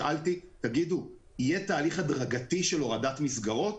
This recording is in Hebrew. שאלתי האם יהיה תהליך הדרגתי של הורדת מסגרות